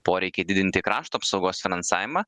poreikį didinti krašto apsaugos finansavimą